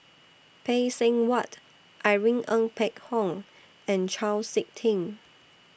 Phay Seng Whatt Irene Ng Phek Hoong and Chau Sik Ting